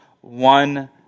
one